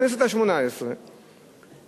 בכנסת השמונה-עשרה,